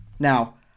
Now